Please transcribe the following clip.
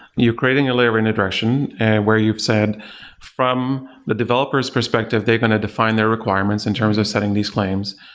you're creating a layer of indirection and where you've said from the developers perspective, they're going to define their requirements in terms of setting these claims.